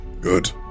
Good